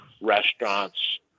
restaurants